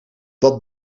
dat